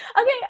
Okay